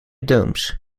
domes